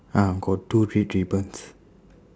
uh got two red ribbons